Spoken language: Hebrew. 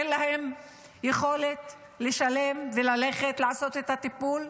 אין להם יכולת לשלם וללכת לעשות את הטיפול?